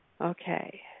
Okay